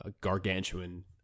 gargantuan